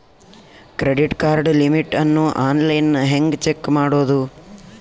Credit card limit ಅನ್ನು online ಹೆಂಗ್ check ಮಾಡೋದು?